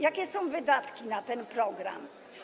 Jakie są wydatki na ten program?